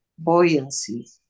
buoyancy